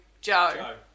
Joe